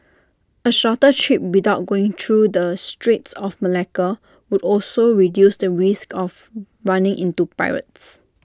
A shorter trip without going through the straits of Malacca would also reduce the risk of running into pirates